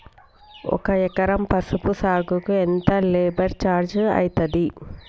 ఒక ఎకరం పసుపు సాగుకు ఎంత లేబర్ ఛార్జ్ అయితది?